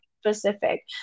specific